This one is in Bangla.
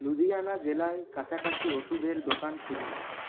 লুধিয়ানা জেলায় কাছাকাছি ওষুধের দোকান খুঁজুন